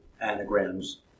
anagrams